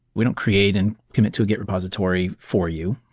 we don't create and commit to a git repository for you,